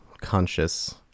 conscious